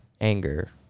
anger